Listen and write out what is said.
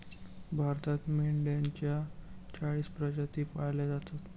भारतात मेंढ्यांच्या चाळीस प्रजाती पाळल्या जातात